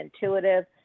intuitive